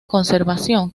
conservación